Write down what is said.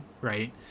Right